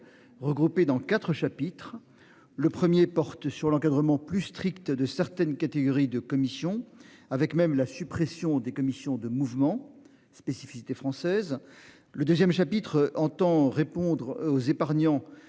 regroupés dans 4 chapitres. Le 1er porte sur l'encadrement plus strict de certaines catégories de commission avec même la suppression des commissions de mouvement spécificité française. Le 2ème chapitre entend répondre aux épargnants.